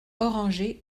orangé